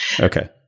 Okay